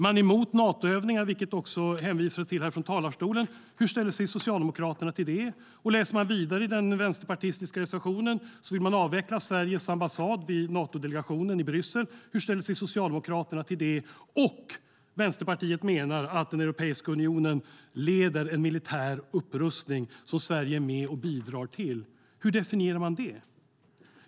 Man är emot Natoövningar, vilket det också hänvisades till från talarstolen. Hur ställer sig Socialdemokraterna till detta? Läser man vidare i den vänsterpartistiska motionen ser man att partiet vill avveckla Sveriges ambassad vid Natodelegationen i Bryssel. Hur ställer sig Socialdemokraterna till detta? Vänsterpartiet menar också att Europeiska unionen leder en militär upprustning som Sverige är med och bidrar till. Hur definierar man det?